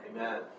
Amen